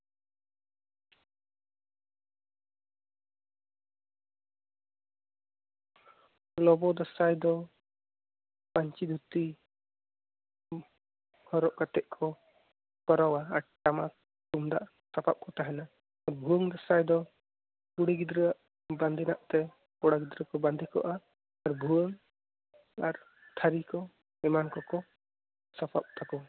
ᱞᱚᱵᱚᱭ ᱫᱟᱸᱥᱟᱭ ᱫᱚ ᱯᱟᱧᱪᱤ ᱫᱷᱩᱛᱤ ᱦᱚᱨᱚᱜ ᱠᱟᱛᱮᱫ ᱠᱚ ᱠᱚᱨᱟᱣᱟ ᱟᱨ ᱴᱟᱢᱟᱠ ᱛᱩᱢᱫᱟᱜ ᱥᱟᱯᱟᱵ ᱠᱚ ᱛᱟᱦᱮᱸᱱᱟ ᱟᱨ ᱵᱷᱩᱣᱟᱹᱝ ᱫᱟᱸᱥᱟᱭ ᱫᱚ ᱠᱩᱲᱤ ᱜᱤᱫᱽᱨᱟᱹᱣᱟᱜ ᱵᱟᱸᱫᱮᱱᱟᱜ ᱛᱮ ᱠᱚᱲᱟ ᱜᱤᱫᱽᱨᱟᱹ ᱠᱚ ᱵᱟᱸᱫᱮ ᱠᱚᱜᱼᱟ ᱟᱨ ᱵᱷᱩᱣᱟᱹᱝ ᱟᱨ ᱛᱷᱟᱨᱤ ᱠᱚ ᱮᱢᱟᱱ ᱠᱚᱠᱚ ᱥᱟᱯᱟᱵ ᱛᱟᱠᱚ